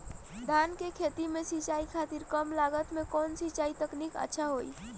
धान के खेती में सिंचाई खातिर कम लागत में कउन सिंचाई तकनीक अच्छा होई?